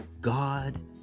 God